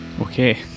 Okay